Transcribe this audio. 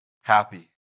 happy